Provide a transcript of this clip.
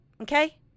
Okay